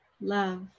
love